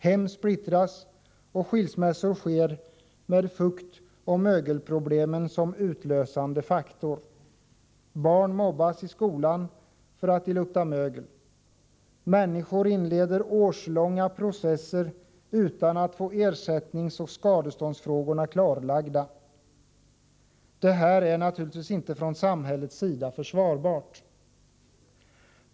Hem splittras och skilsmässor sker med fuktoch mögelproblemen som utlösande faktor. Barn mobbas i skolan för att de luktar mögel. Människor inleder årslånga processer utan att få ersättningsoch skadeståndsfrågorna klarlagda. Det här kan naturligtvis inte samhället anse vara försvarbart.